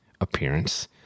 appearance